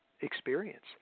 experience